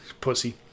Pussy